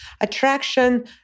attraction